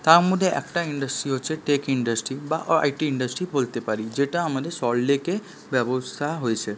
তার মধ্যে একটা ইন্ডাস্ট্রি হচ্ছে টেক ইন্ডাস্ট্রি বা আইটি ইন্ডাস্ট্রি বলতে পারি যেটা আমাদের সল্টলেকে ব্যবস্থা হয়েছে